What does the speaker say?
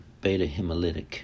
beta-hemolytic